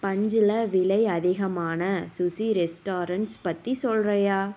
பஞ்சியில் விலை அதிகமான sushi restaurants பற்றி சொல்றியா